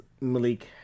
Malik